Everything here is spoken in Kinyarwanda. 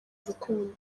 urukundo